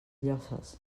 llosses